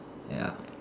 ya